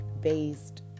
based